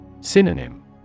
Synonym